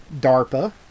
DARPA